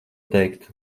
teikt